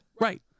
Right